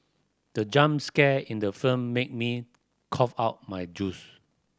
the jump scare in the film made me cough out my juice